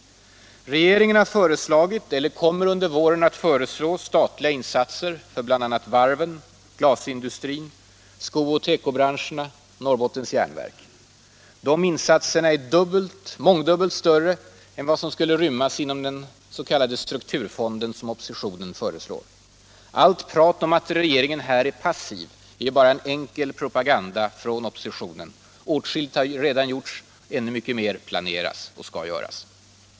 Regeringen har föreslagit, eller kommer under våren att föreslå, statliga insatser för bl.a. varven, glasindustrin, sko och tekobranscherna samt för Norrbottens Järnverk. De insatserna är mångdubbelt större än vad som skulle rymmas inom den s.k. strukturfond, som oppositionen föreslår. Allt prat om att regeringen är passiv är bara enkel propaganda från oppositionen. Åtskilligt har redan gjorts, ännu mycket mer planeras och skall göras.